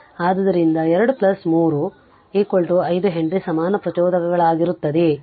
ಆದ್ದರಿಂದ 2 plus 3 5 henry ಸಮಾನ ಪ್ರಚೋದಕಗಳಾಗಿರುತ್ತದೆ